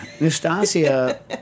Nastasia